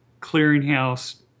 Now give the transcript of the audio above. clearinghouse